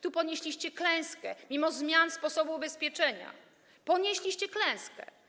Tu ponieśliście klęskę, mimo zmiany sposobu ubezpieczenia ponieśliście klęskę.